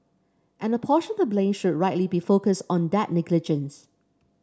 and a portion of the blame should rightly be focused on that negligence